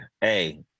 Hey